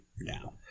now